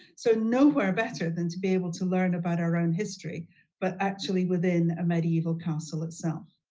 so nowhere better than to be able to learn about our own history but actually within a medieval castle itself.